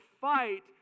fight